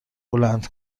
بلند